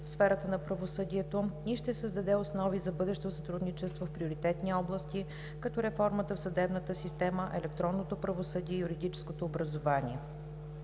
в сферата на правосъдието и ще създаде основи за бъдещо сътрудничество в приоритетни области, като реформата в съдебната система, електронното правосъдие и юридическото образование.